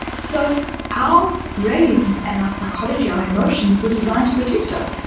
so our brains and our psychology, our emotions were designed to protect us.